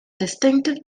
distinctive